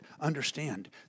understand